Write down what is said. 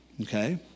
okay